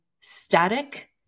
static